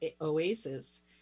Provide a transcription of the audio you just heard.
oasis